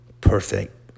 perfect